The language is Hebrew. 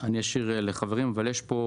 אני אשאיר לחברים להתייחס.